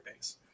base